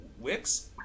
Wix